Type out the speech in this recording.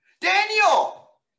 Daniel